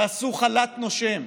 תעשו חל"ת נושם,